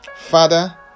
father